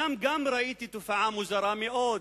גם שם ראיתי תופעה מוזרה מאוד,